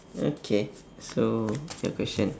okay so your question